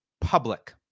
public